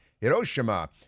Hiroshima